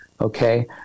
okay